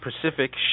Pacific